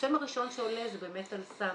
השם הראשון שעולה זה באמת "אל סם".